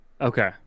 Okay